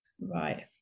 Right